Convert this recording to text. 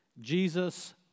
Jesus